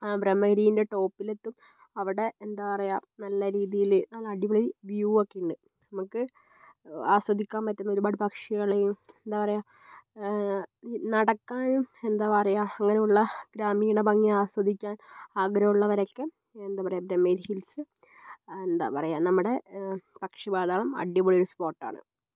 ബ്രഹ്മഗിരീൻ്റെ ടോപ്പിലെത്തും അവിടെ എന്താ പറയുക നല്ല രീതിയിൽ നല്ല അടിപൊളി വ്യൂ ഒക്കെയുണ്ട് നമുക്ക് ആസ്വദിക്കാൻ പറ്റുന്ന ഒരുപാട് പക്ഷികളെയും എന്താ പറയുക നടക്കാനും എന്താ പറയുക അങ്ങനെയുള്ള ഗ്രാമീണ ഭംഗി ആസ്വദിക്കാൻ ആഗ്രഹമുള്ളവരൊക്കെ എന്താ പറയുക ബ്രഹ്മഗിരി ഹിൽസ് എന്താ പറയുക നമ്മുടെ പക്ഷി പാതാളം അടിപൊളി ഒരു സ്പോട്ടാണ്